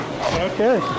Okay